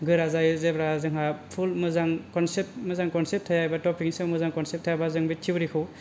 गोरा जायो जेब्ला जोंहा फुल मोजां कनसेप्ट मोजां कनसेप्ट थायाबा थपिक नि सायाव मोजां कनसेप्ट थायाबा जों बे थिउरि खौ